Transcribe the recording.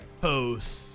posts